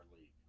league